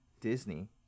Disney